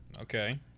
Okay